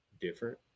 different